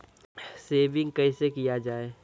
Saving कैसै किया जाय?